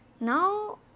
now